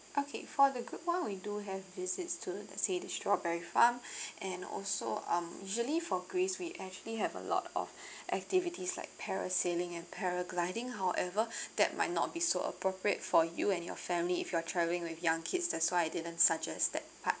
okay for the group one we do have visits to let's say the strawberry farm and also um usually for greece we actually have a lot of activities like parasailing and paragliding however that might not be so appropriate for you and your family if you are travelling with young kids that's why I didn't suggest that part